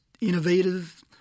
innovative